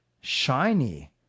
Shiny